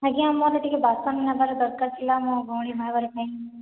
ଆଜ୍ଞା ମୋର ଟିକିଏ ବାସନ ନେବାର ଦରକାର ଥିଲା ମୋ' ଭଉଣୀ ବାହାଘର ପାଇଁ